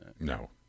No